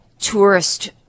tourist